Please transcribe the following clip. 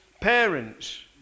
parents